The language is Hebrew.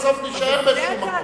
ובסוף נישאר במקום כלשהו.